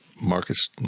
Marcus